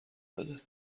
بده